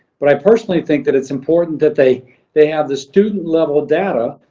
but i personally think that it's important that they they have the student level data,